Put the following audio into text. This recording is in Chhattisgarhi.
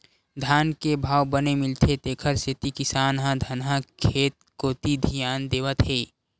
धान के भाव बने मिलथे तेखर सेती किसान ह धनहा खेत कोती धियान देवत हे